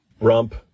rump